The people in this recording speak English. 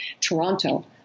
Toronto